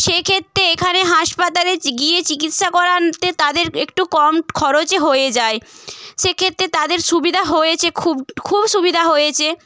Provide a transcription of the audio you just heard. সেক্ষেত্রে এখানে হাসপাতালে গিয়ে চিকিৎসা করাতে তাদের একটু কম খরচে হয়ে যায় সেক্ষেত্রে তাদের সুবিধা হয়েছে খুব খুব সুবিধা হয়েছে